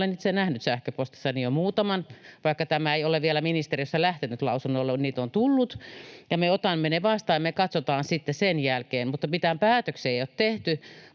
Olen itse nähnyt sähköpostissani jo muutaman. Vaikka tämä ei ole vielä ministeriöstä lähtenyt lausunnoille, niin niitä on tullut ja me otamme ne vastaan, ja se katsotaan sitten sen jälkeen. Mitään päätöksiä ei ole tehty,